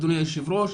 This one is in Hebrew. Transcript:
אדוני היושב ראש,